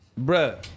Bruh